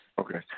Okay